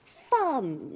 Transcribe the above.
funn.